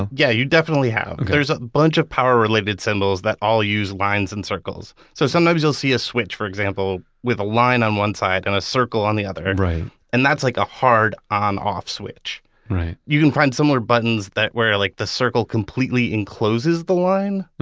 yeah, you definitely have. there's a bunch of power-related symbols that all use lines and circles. so sometimes you'll see a switch, for example, with a line on one side and a circle on the other and right and that's like a hard on off switch right you can find similar buttons that where like the circle completely encloses the line.